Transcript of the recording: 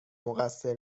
مقصر